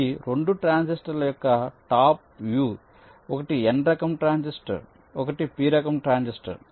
ఇది 2 ట్రాన్సిస్టర్ల యొక్క టాప్ వ్యూ ఒకటి N రకం ట్రాన్సిస్టర్ ఒకటి P రకం ట్రాన్సిస్టర్